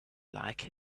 like